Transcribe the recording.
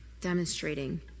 demonstrating